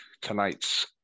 tonight's